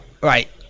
right